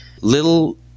little